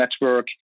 network